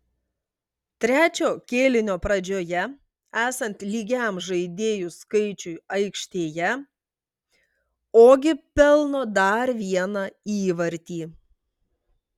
trečio kėlinio pradžioje esant lygiam žaidėjų skaičiui aikštėje ogi pelno dar vieną įvartį